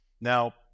Now